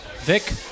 Vic